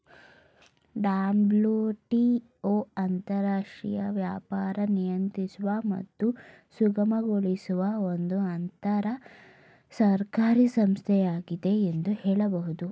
WTO ಅಂತರರಾಷ್ಟ್ರೀಯ ವ್ಯಾಪಾರ ನಿಯಂತ್ರಿಸುವ ಮತ್ತು ಸುಗಮಗೊಳಿಸುವ ಒಂದು ಅಂತರಸರ್ಕಾರಿ ಸಂಸ್ಥೆಯಾಗಿದೆ ಎಂದು ಹೇಳಬಹುದು